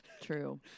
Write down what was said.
True